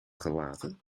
gelaten